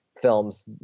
films